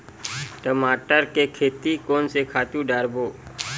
टमाटर के खेती कोन से खातु डारबो?